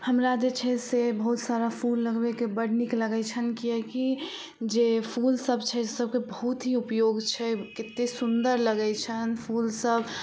हमरा जे छै से बहुत सारा फूल लगबैके बड नीक लगै छनि किएकी जे फूल सब छै सबके बहुत ही उपयोग छै केते सुन्दर लगै छनि फूल सब